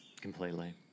Completely